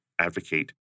advocate